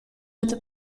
это